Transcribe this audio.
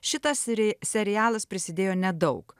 šitas seri serialas prisidėjo nedaug